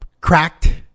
cracked